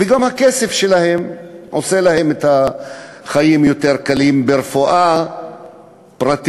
וגם הכסף שלהם עושה להם את החיים יותר קלים ברפואה פרטית.